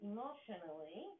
Emotionally